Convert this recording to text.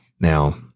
Now